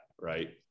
right